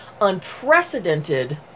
unprecedented